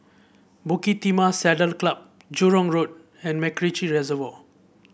Bukit Timah Saddle Club Jurong Road and MacRitchie Reservoir